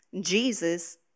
Jesus